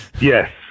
yes